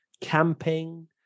camping